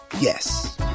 yes